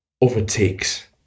overtakes